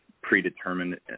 predetermined